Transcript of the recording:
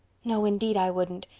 no, indeed, i wouldn't.